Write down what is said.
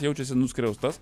jaučiasi nuskriaustas